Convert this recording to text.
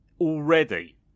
already